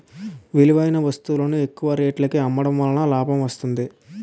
విలువైన వస్తువులను ఎక్కువ రేటుకి అమ్మడం వలన లాభం వస్తుంది